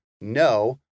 no